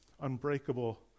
unbreakable